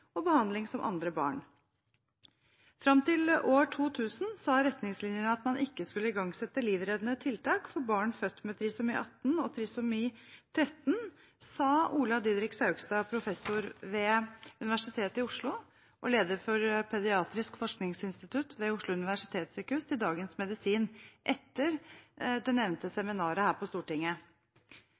og behandling som andre barn. Fram til år 2000 sa retningslinjene at man ikke skulle igangsette livreddende tiltak for barn født med trisomi 18 og trisomi 13, sa Ola Didrik Saugstad, professor ved Universitetet i Oslo og leder for Pediatrisk forskningsinstitutt ved Oslo universitetssykehus, til Dagens Medisin etter det nevnte seminaret her på Stortinget.